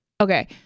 okay